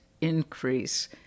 increase